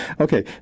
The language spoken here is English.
Okay